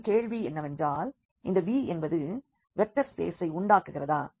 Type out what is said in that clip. மற்றும் கேள்வி என்னவென்றால் இந்த Vஎன்பது வெக்டர் ஸ்பேசை உண்டாக்குகிறதா